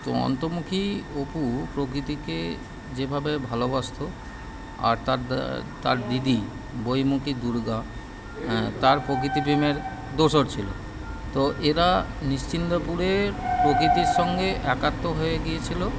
তো অন্তর্মুখী অপু প্রকৃতিকে যেভাবে ভালোবাসতো আর তার দা তার দিদি বহির্মুখী দুর্গা তার প্রকৃতি প্রেমের দোসর ছিল তো এরা নিশ্চিন্দপুরের প্রকৃতির সঙ্গে একাত্ম হয়ে গিয়েছিল